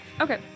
okay